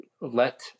let